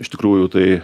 iš tikrųjų tai